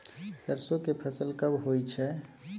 सरसो के फसल कब होय छै?